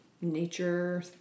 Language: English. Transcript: nature